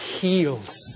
heals